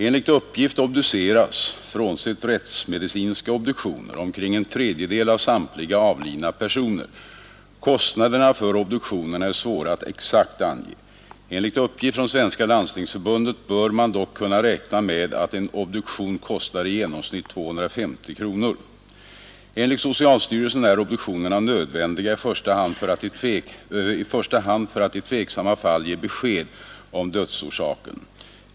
Enligt uppgift obduceras — frånsett rättsmedicinska obduktioner — omkring en tredjedel av samtliga avlidna personer. Kostnaderna för obduktionerna är svåra att exakt ange. Enligt uppgift från Svenska landstingsförbundet bör man dock kunna räkna med att en obduktion kostar i genomsnitt 250 kronor. Enligt socialstyrelsen är obduktionerna nödvändiga i första hand för att i tveksamma fall ge besked om dödsorsaken.